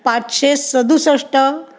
पाचशे सदुसष्ट